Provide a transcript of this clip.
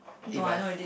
eh but I've